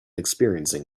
experiencing